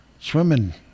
swimming